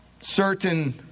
certain